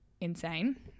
insane